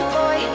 boy